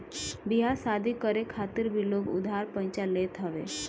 बियाह शादी करे खातिर भी लोग उधार पइचा लेत हवे